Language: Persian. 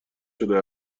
شده